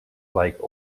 like